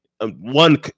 one